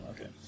Okay